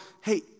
hey